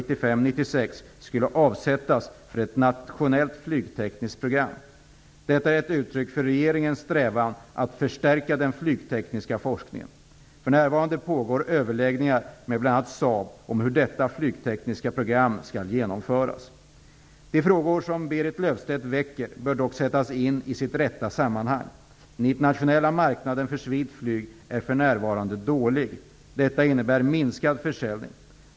1995/96 skulle avsättas för ett nationellt flygtekniskt program. Detta är ett uttryck för regeringens strävan att förstärka den flygtekniska forskningen. För närvarande pågår överläggningar med bl.a. Saab om hur detta flygtekniska program skall genomföras. De frågor som Berit Löfstedt väcker bör dock sättas in i sitt rätta sammanhang. Den internationella marknaden för civilt flyg är för närvarande dålig. Detta innebär minskad försäljning.